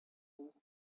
these